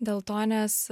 dėl to nes